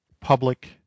public